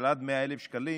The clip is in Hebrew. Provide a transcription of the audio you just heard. של עד 100,000 שקלים.